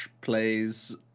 plays